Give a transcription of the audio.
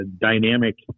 dynamic